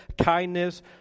kindness